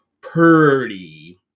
Purdy